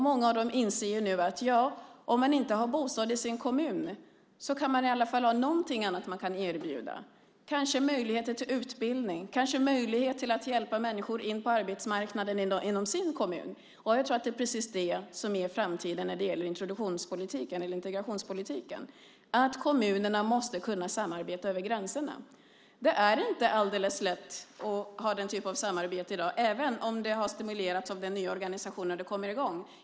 Många av dem inser nu att om man inte har bostäder i sin kommun kan man i alla fall erbjuda någonting annat, kanske möjligheter till utbildning eller kanske möjligheter att hjälpa människor in på arbetsmarknaden inom sin kommun. Jag tror att det är framtiden när det gäller integrationspolitiken. Kommunerna måste kunna samarbeta över gränserna. Det är inte alldeles lätt att ha den typen av samarbete i dag även om det har stimulerats av den nya organisationen för att komma i gång.